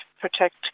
protect